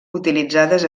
utilitzades